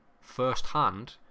firsthand